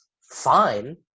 fine